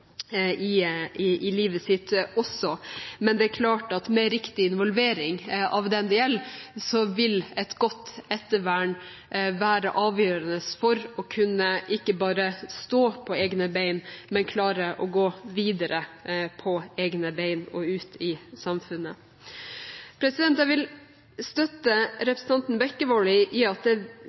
i livet sitt også. Men det er klart at med riktig involvering av den det gjelder, vil et godt ettervern være avgjørende for å kunne ikke bare stå på egne ben, men klare å gå videre på egne ben og ut i samfunnet. Jeg vil støtte representanten Bekkevold i at det